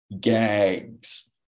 gags